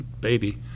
baby